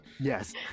Yes